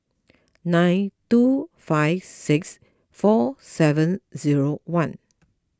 nine two five six four seven zero one